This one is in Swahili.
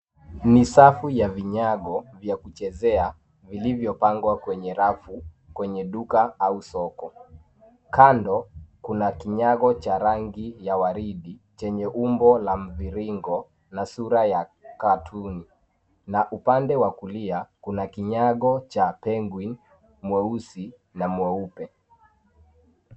Ni safu ya vinyogo, vya kuchezea, vilivyopangwa kwenye rafu, kwenye duka, au soko. Kando, kuna kinyago cha rangi ya waridi, chenye umbo la mviringo, na sura ya katuni, na upande wa kulia, kuna kinyago cha penguin , mweusi, na mweupe.